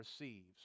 receives